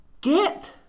get